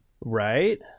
Right